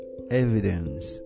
evidence